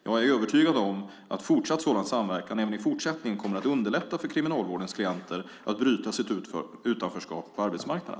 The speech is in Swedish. Jag är övertygad om att fortsatt sådan samverkan även i fortsättningen kommer att underlätta för Kriminalvårdens klienter att bryta sitt utanförskap på arbetsmarknaden.